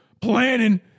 planning